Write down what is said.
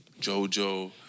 Jojo